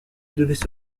devaient